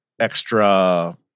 extra